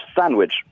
Sandwich